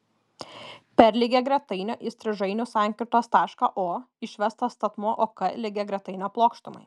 per lygiagretainio įstrižainių sankirtos tašką o išvestas statmuo ok lygiagretainio plokštumai